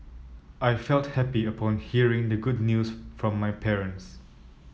I felt happy upon hearing the good news from my parents